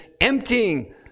emptying